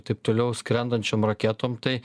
taip toliau skrendančiom raketom tai